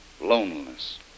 loneliness